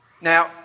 Now